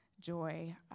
Joy